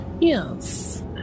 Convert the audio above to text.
Yes